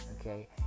Okay